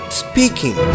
speaking